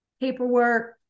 paperwork